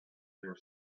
their